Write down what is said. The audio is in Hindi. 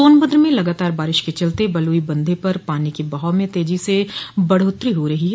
सोनभद्र म ं लगातार बारिश के चलते बलुई बंधे पर पानी के बहाव में तेजी से बढ़ोत्तरी हो रही है